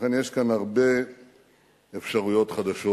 לכן, יש כאן הרבה אפשרויות חדשות.